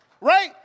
Right